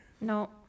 No